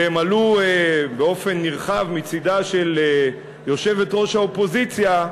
והם עלו באופן נרחב מצדה של יושבת-ראש האופוזיציה,